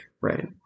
right